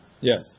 Yes